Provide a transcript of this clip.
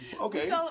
Okay